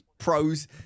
pros